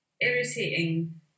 irritating